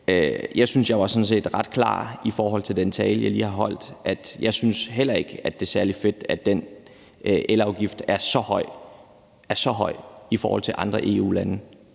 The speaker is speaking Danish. Jeg synes sådan set, jeg var ret klar i forhold til den tale, jeg lige har holdt, nemlig at jeg heller ikke synes, det er særlig fedt, at den elafgift er så høj i forhold til i andre EU-lande.